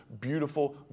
beautiful